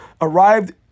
arrived